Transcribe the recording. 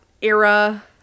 era